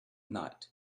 night